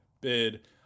bid